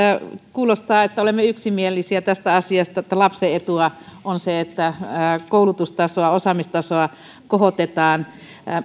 kuulostaa että olemme yksimielisiä tästä asiasta että lapsen etua on se että koulutustasoa osaamistasoa kohotetaan